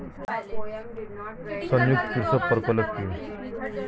সংযুক্ত কৃষক প্রকল্প কি?